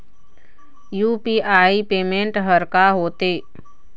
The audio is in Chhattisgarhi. यू.पी.आई पेमेंट हर का होते?